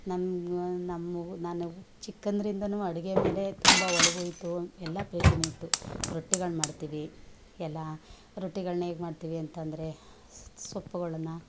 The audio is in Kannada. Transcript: ನನ್ನ ನಮ್ಮ ನಾನು ಚಿಕ್ಕಂದ್ರಿಂದನು ಅಡುಗೆ ಮೇಲೆ ತುಂಬ ಒಲವು ಇತ್ತು ಎಲ್ಲ ಪ್ರೀತಿನು ಇತ್ತು ರೊಟ್ಟಿಗಳು ಮಾಡ್ತೀವಿ ಎಲ್ಲಾ ರೊಟ್ಟಿಗಳನ್ನ ಹೇಗ್ ಮಾಡ್ತೀವಿ ಅಂತಂದರೆ ಸೊಪ್ಪುಗಳನ್ನು